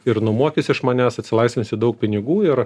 ir nuomuokis iš manęs atsilaisvinsi daug pinigų ir